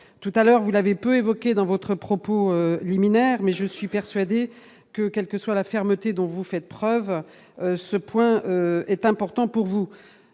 tout à l'heure, vous l'avez peu évoqué dans votre propos liminaire, mais je suis persuadé que quelle que soit la fermeté dont vous faites preuve ce point est important pour vous,